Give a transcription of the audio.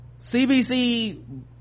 CBC